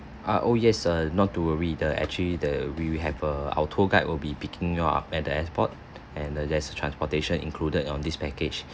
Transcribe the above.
ah oh yes err not to worry the actually the we will have a our tour guide will be picking you up at the airport and uh there's transportation included on this package